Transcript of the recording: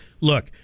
Look